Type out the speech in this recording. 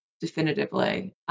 definitively